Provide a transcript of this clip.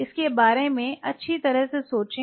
इसके बारे में अच्छी तरह से सोचें